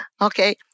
Okay